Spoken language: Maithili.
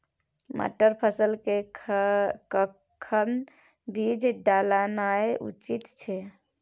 मटर फसल के कखन बीज डालनाय उचित छै?